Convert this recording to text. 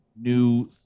new